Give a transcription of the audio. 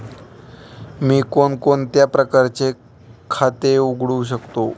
मी कोणकोणत्या प्रकारचे खाते उघडू शकतो?